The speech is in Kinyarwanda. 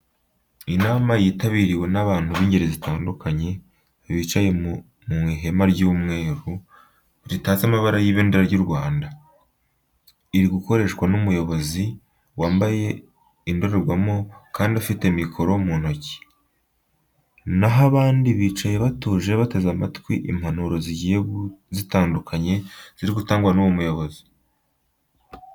Inama yitabiriwe n'abantu b'ingeri zitandukanye bicaye mu ihema ry'umweru, ritatse n'amabara y'ibendera ry'u Rwanda. Iri gukoreshwa n'umuyobozi wambaye indorerwamo kandi afite mikoro mu ntoki, na ho abandi bicaye batuje bateze amatwi impanuro zigiye zitandukanye ziri gutangwa n'uwo muyobozi.